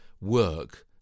work